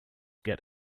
get